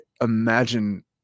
imagine